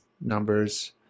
numbers